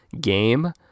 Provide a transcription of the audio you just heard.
game